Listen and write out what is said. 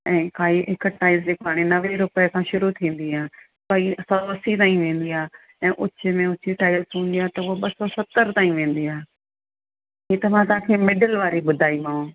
ऐं खाई हिकु टाइल्स जे साढे नवे रुपए सां शुरू थींदी आहे पंज सौ असी ताईं वेंदी आहे ऐं ऊची में ऊची टाइल्स थींदी आहे त उहो ॿ सौ सतरि ताईं वेंदी आहे इहे त मां तव्हांखे मिडल वारी ॿुधाईमांव